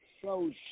Show